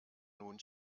nun